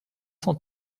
cent